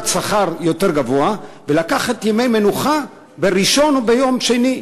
שכר יותר גבוה ולקחת ימי מנוחה ביום ראשון או ביום שני.